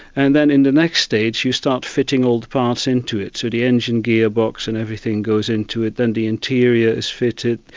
and then in the next stage you start fitting all the parts into it. so the engine, gearbox and everything goes into it. then the interior is fitted,